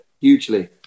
hugely